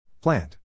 Plant